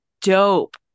dope